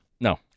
No